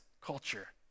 culture